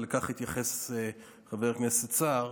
אבל לכך התייחס חבר הכנסת סער.